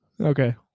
Okay